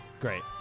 Great